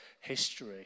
history